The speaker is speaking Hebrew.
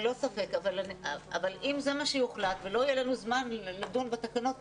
אבל אם זה מה שיוחלט ולא יהיה לנו זמן לדון בתקנות,